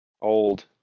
Old